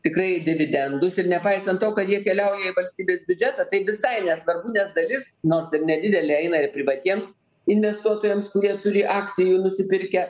tikrai dividendus ir nepaisant to kad jie keliauja į valstybės biudžetą tai visai nesvarbu nes dalis nors ir nedidelė eina ir privatiems investuotojams kurie turi akcijų nusipirkę